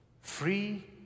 Free